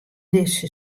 dizze